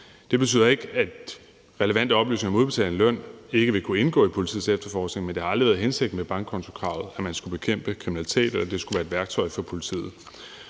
Det betyder ikke, at relevante oplysninger om udbetaling af løn ikke vil kunne indgå i politiets efterforskning, men det har aldrig været hensigten med bankkontokravet, at man skulle bekæmpe kriminalitet, eller at det skulle være et værktøj for politiet.